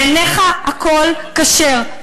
בעיניך הכול כשר,